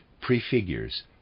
prefigures